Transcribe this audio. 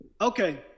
Okay